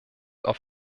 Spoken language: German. auf